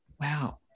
Wow